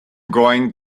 going